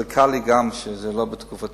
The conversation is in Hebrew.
זה קל לי גם כי זה לא בתקופתי,